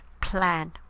plan